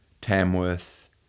Tamworth